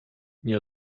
nie